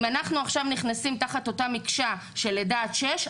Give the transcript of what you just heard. אם אנחנו עכשיו נכנסים תחת אותה מקשה של לידה עד שש,